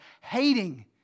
hating